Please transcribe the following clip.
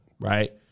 right